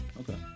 Okay